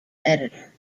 editor